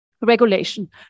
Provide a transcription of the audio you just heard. regulation